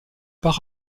par